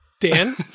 Dan